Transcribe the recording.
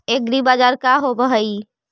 एग्रीबाजार का होव हइ?